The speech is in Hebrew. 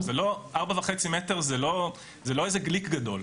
4.5 מ"ר זה לא גליק גדול.